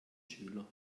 schüler